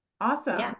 Awesome